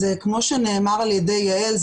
כמו שנאמר על ידי יעל,